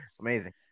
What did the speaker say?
amazing